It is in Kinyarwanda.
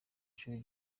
shuri